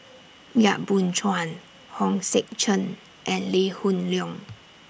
Yap Boon Chuan Hong Sek Chern and Lee Hoon Leong